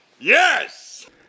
Yes